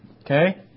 Okay